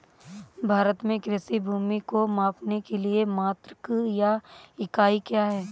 भारत में कृषि भूमि को मापने के लिए मात्रक या इकाई क्या है?